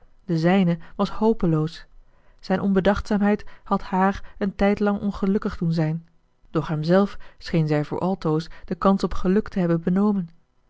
de zijne was hopeloos zijn onbedachtzaamheid had hààr een tijdlang ongelukkig doen zijn doch hemzelf scheen zij voor altoos de kans op geluk te hebben benomen